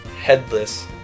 headless